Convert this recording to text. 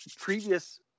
previous